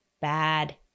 bad